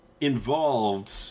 involved